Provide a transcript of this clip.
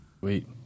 Wait